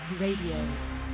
Radio